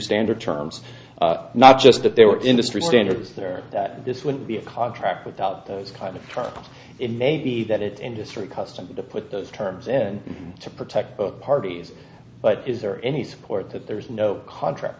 standard terms not just that there were industry standards there that this would be a contract without those kind of terms it may be that it industry custom to put those terms in to protect both parties but is there any support that there is no contract